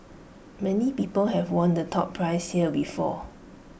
many people have won the top prize here before